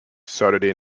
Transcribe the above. saturday